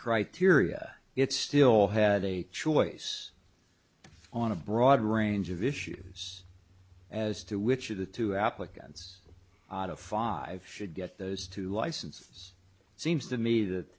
criteria it still had a choice on a broad range of issues as to which of the two applicants out of five should get those two license seems to me that